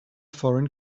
foreign